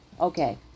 Okay